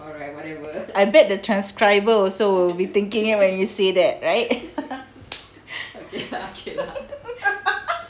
I bet the transcriber also will be thinking when you say that right